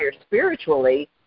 spiritually